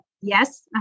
Yes